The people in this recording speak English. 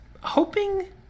hoping